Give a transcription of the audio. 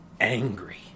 angry